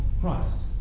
Christ